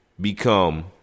become